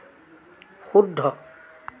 শুদ্ধ